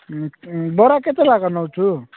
ବରା କେତେ ଲେଖାଏଁ ନେଉଛୁ